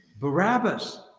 Barabbas